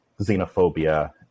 xenophobia